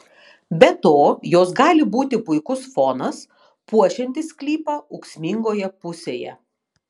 be to jos gali būti puikus fonas puošiantis sklypą ūksmingoje pusėje